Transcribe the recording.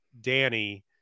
Danny